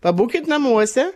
pabūkit namuose